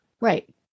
Right